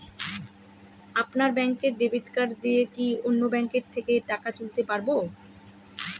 আপনার ব্যাংকের debit card দিয়ে কি অন্য ব্যাংকের থেকে টাকা তুলতে পারবো?